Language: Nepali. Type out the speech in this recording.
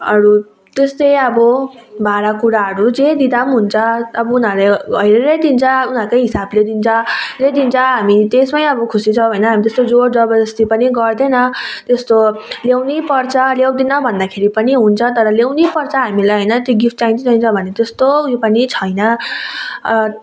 अरू त्यस्तै अब भाँडा कुँडाहरू जे दिँदा हुन्छ अब उनीहरूले हेरेरै दिन्छ उनीहरूकै हिसाबले दिन्छ जे दिन्छ हामी त्यसमै अब खुसी छौँ होइन हामी त्यस्तो जोर जबरजस्ती पनि गर्दैन त्यस्तो ल्याउनै पर्छ ल्याउँदिनँ भन्दाखेरि पनि हुन्छ तर ल्याउनै पर्छ हामीलाई होइन त्यो गिफ्ट चाहिन्छ चाहिन्छ भन्ने त्यस्तो उयो पनि छैन